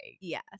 Yes